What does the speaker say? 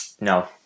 No